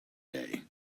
day